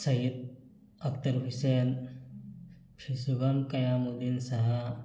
ꯁꯍꯤꯠ actor ꯍꯨꯏꯁꯦꯟ ꯐꯤꯁꯨꯕꯝ ꯀꯌꯥꯃꯨꯗꯤꯟ ꯁꯍ